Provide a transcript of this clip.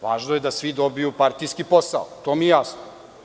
Važno je da svi dobiju partijski posao, to mi je jasno.